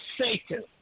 Satan